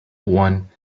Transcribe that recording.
one